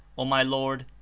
o my lord,